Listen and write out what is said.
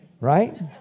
Right